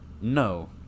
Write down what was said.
No